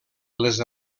les